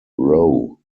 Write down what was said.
row